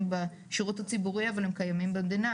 בשירות הציבורי אבל הם קיימים במדינה,